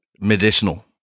Medicinal